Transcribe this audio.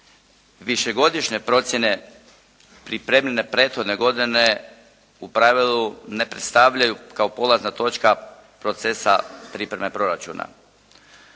višegodišnje procjene pripremljene prethodne godine u pravilu ne predstavljaju kao polazna točka procesa pripreme proračuna.